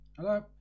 Hello